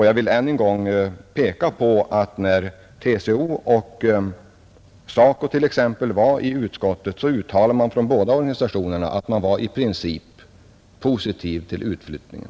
Jag vill än en gång peka på att när representanter från TCO och SACO var i utskottet uttalade man från båda organisationerna att man i princip var positiv till utflyttningen.